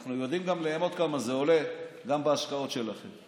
אנחנו יודעים לאמוד כמה זה עולה, גם בהשקעות שלכם.